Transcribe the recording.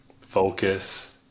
focus